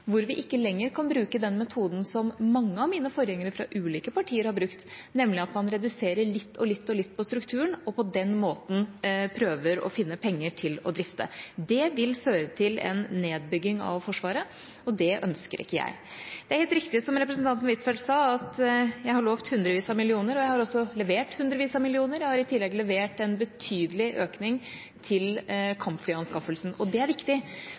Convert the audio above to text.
hvor vi ikke lenger kan bruke den metoden som mange av mine forgjengere fra ulike partier har brukt, nemlig at man reduserer litt og litt og litt på strukturen, og på den måten prøver å finne penger til å drifte. Det vil føre til en nedbygging av Forsvaret, og det ønsker ikke jeg. Det er helt riktig, som representanten Huitfeldt sa, at jeg har lovt hundrevis av millioner, og jeg har også levert hundrevis av millioner. Jeg har i tillegg levert en betydelig økning til kampflyanskaffelsen. Det er viktig,